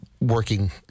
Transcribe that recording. working